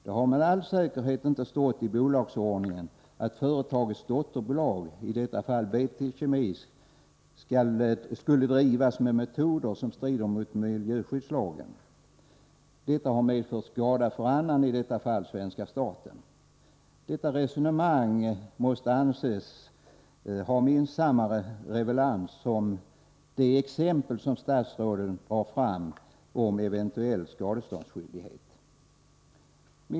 Det har med all säkerhet inte stått i bolagsordningen att företagets dotterbolag, i detta fall BT Kemi, skulle drivas med metoder som strider mot miljöskyddslagen. Detta har medfört skada för annan, i det här fallet svenska staten. Detta resonemang måste anses ha minst samma relevans som det exempel som statsrådet drar fram om eventuell skadeståndsskyldighet.